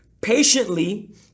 Patiently